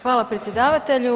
Hvala predsjedavatelju.